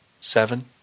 Seven